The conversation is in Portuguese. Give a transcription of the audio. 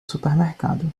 supermercado